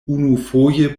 unufoje